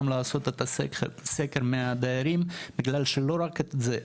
לעשות את הסקר מהדיירים בגלל שלא רק את זה,